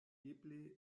eble